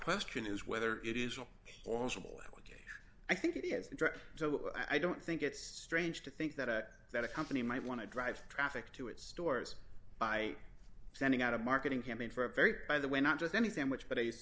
question is whether it is will work i think it is so i don't think it's strange to think that that a company might want to drive traffic to its stores by sending out a marketing campaign for a very by the way not just any sandwich but